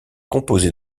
composait